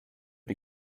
die